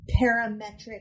parametric